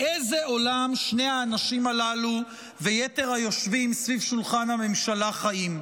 באיזה עולם שני האנשים הללו ויתר היושבים סביב שולחן הממשלה חיים?